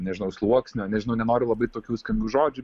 nežinau sluoksnio nežinau nenoriu labai tokių skambių žodžių